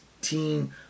team